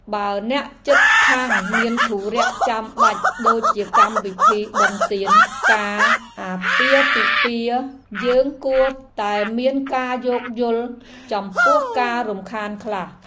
បើអ្នកជិតខាងមានធុរៈចាំបាច់ដូចជាកម្មវិធីបុណ្យទានការអាពាហ៍ពិពាហ៍យើងគួរតែមានការយោគយល់ចំពោះការរំខានខ្លះ។